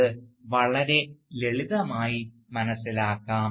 അത് വളരെ ലളിതമായി മനസ്സിലാക്കാം